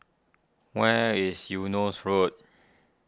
where is Eunos Road